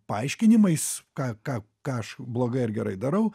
paaiškinimais ką ką ką aš blogai ar gerai darau